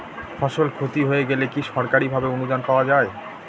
ফসল ক্ষতি হয়ে গেলে কি সরকারি ভাবে অনুদান পাওয়া য়ায়?